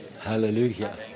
Hallelujah